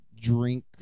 drink